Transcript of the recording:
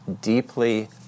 deeply